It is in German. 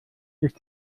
ist